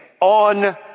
On